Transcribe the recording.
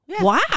wow